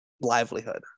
livelihood